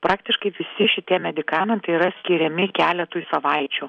praktiškai visi šitie medikamentai yra skiriami keletui savaičių